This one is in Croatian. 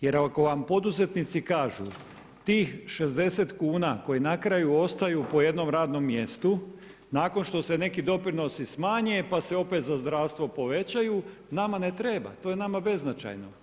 Jer ako vam poduzetnici kažu tih 60 kuna koji na kraju ostaju po jednom radnom mjestu, nakon što se neki doprinosi smanje, pa se opet za zdravstvo povećaju, nama ne treba, to je nama beznačajno.